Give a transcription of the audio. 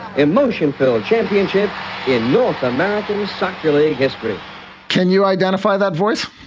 emotion filled championship in north american soccer league history can you identify that voice,